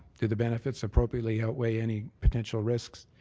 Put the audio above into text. do the benefits appropriately outweigh any potential risks?